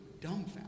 dumbfounded